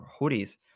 hoodies